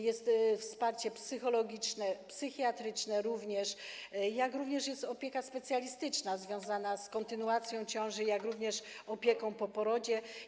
Jest wsparcie psychologiczne, psychiatryczne, jak również jest opieka specjalistyczna związana z kontynuacją ciąży, a także opieka po porodzie.